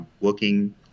working